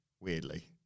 weirdly